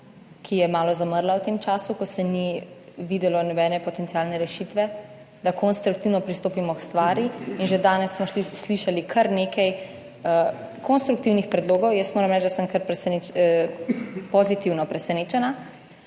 ki je malo zamrla v tem času, ko se ni videlo nobene potencialne rešitve, da konstruktivno pristopimo k stvari in že danes smo slišali kar nekaj konstruktivnih predlogov, jaz moram reči, da sem kar pozitivno presenečena,